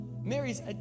Mary's